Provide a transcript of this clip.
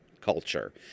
culture